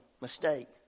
mistake